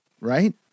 right